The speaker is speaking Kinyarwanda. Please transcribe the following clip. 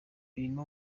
birimo